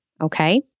okay